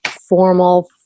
formal